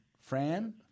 Fran